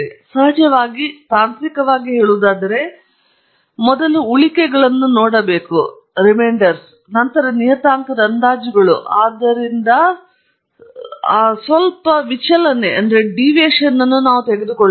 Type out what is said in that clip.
ಸಹಜವಾಗಿ ತಾಂತ್ರಿಕವಾಗಿ ಹೇಳುವುದಾದರೆ ನಾವು ಮೊದಲು ಉಳಿಕೆಗಳನ್ನು ನೋಡಬೇಕು ನಂತರ ನಿಯತಾಂಕದ ಅಂದಾಜುಗಳು ಆದರೆ ಅದರಿಂದ ಸ್ವಲ್ಪ ವಿಚಲನೆಯನ್ನು ನಾವು ತೆಗೆದುಕೊಳ್ಳುತ್ತೇವೆ